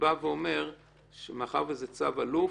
שבא ואומר שמאחר וזה צו אלוף,